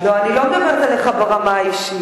אני לא מדברת עליך ברמה האישית,